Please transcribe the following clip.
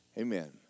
Amen